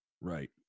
Right